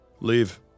Leave